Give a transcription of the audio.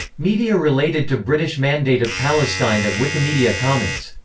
media related to british mandate of palestine at wikimedia commons